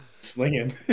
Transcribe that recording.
slinging